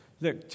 Look